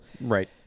Right